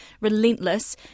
Relentless